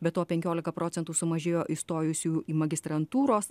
be to penkiolika sumažėjo įstojusių į magistrantūros